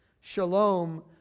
Shalom